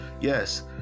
yes